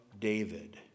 David